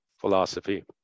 philosophy